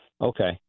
Okay